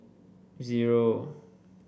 zero